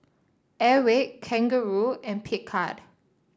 Airwick Kangaroo and Picard